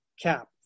Cap